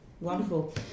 wonderful